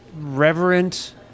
reverent